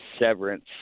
severance